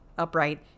upright